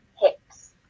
hips